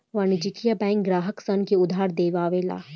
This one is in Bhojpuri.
वाणिज्यिक बैंक ग्राहक सन के उधार दियावे ला